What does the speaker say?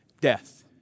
death